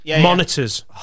Monitors